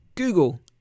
Google